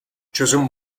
çözüm